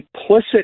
implicit